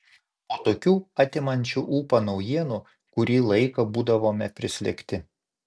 po tokių atimančių ūpą naujienų kurį laiką būdavome prislėgti